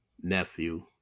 nephew